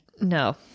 no